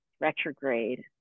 retrograde